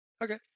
okay